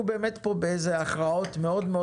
אנחנו באמת כאן בהכרעות מאוד מאוד